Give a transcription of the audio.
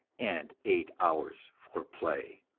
and eight hours for play.